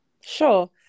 sure